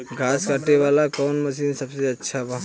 घास काटे वाला कौन मशीन सबसे अच्छा बा?